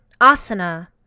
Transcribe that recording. asana